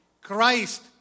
Christ